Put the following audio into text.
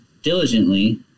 diligently